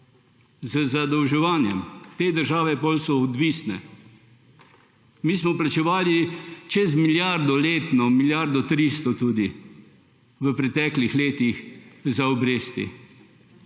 Z zadolževanjem. Te države so potem odvisne. Mi smo plačevali čez milijardo letno, tudi milijardo 300 v preteklih letih za obresti.